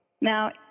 Now